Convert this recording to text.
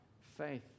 faith